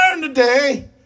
today